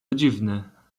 dziwne